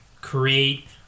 create